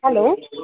hello